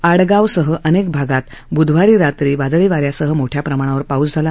आडगाव दराडे सह अनेक भागात बूधवार रात्री वादळी वाऱ्यासह मोठ्या प्रमाणावर पाऊस झाला